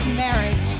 marriage